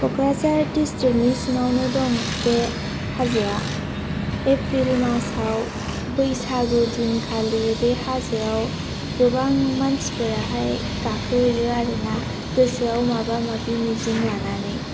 कक्राझार दिसथ्रिखनि सिङावनो दं बे हाजोआ एप्रिल मासाव बैसागु दिनखालि बे हाजोआव गोबां मानसिफोराहाय गाखोहैयो आरोना गोसोयाव माबा माबि मिजिं लानानै